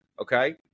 okay